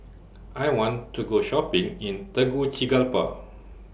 I want to Go Shopping in Tegucigalpa